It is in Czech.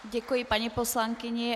Děkuji paní poslankyni.